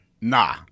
Nah